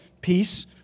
peace